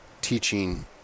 teaching